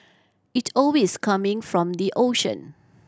it always coming from the ocean